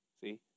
See